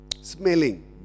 Smelling